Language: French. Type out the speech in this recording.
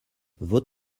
vos